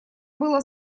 было